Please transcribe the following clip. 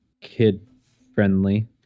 kid-friendly